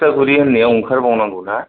थिथागुरि होननायाव ओंखार बावनांगौ ना